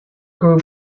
grew